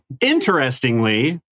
Interestingly